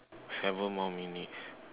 seven more minutes